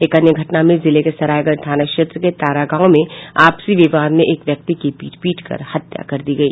एक अन्य घटना में जिले के सरायरंजन थाना क्षेत्र के तारा गांव में आपसी विवाद में एक व्यक्ति की पीट पीटकर हत्या कर दी गई